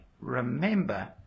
remember